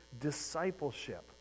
discipleship